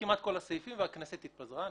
כמעט כל הסעיפים, אבל הכנסת התפזרה.